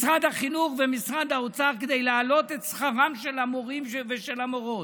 משרד החינוך ומשרד האוצר כדי להעלות את שכרם של המורים של המורות,